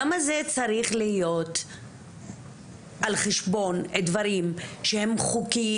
למה זה צריך להיות על חשבון דברים שהם בחוק,